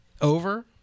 over